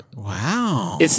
Wow